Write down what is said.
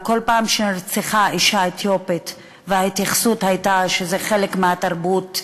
וכל פעם שנרצחה אישה אתיופית וההתייחסות הייתה שזה חלק מהתרבות,